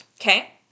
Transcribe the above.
Okay